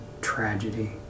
tragedy